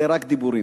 זה רק דיבורים.